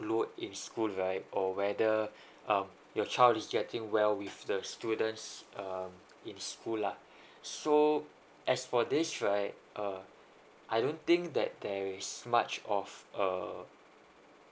load in school right or whether um your child is getting well with the students um in school lah so as for this right uh I don't think that there is much of uh